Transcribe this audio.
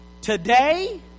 Today